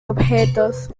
objetos